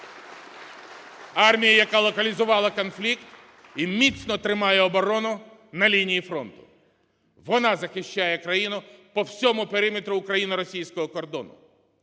Армію, яка локалізувала конфлікт і міцно тримає оборону на лінії фронту. Вона захищає країну по всьому периметру україно-російського кордону.